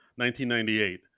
1998